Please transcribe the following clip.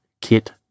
kit